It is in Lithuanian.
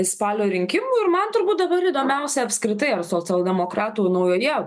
spalio rinkimų ir man turbūt dabar įdomiausia apskritai ar socialdemokratų naujoje